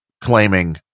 claiming